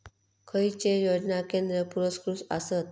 खैचे योजना केंद्र पुरस्कृत आसत?